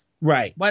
Right